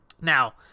Now